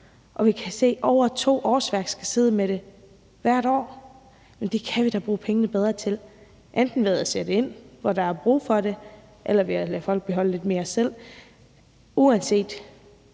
Og vi kan se, at over to årsværk skal sidde med det hvert år. Der kan vi da bruge pengene bedre – enten ved at sætte ind, hvor der er brug for det, eller ved at lade folk beholde lidt mere selv. Uanset